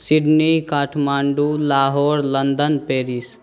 Sydney Kathmandu Lahore London Paris